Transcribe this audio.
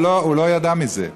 והוא לא ידע מזה.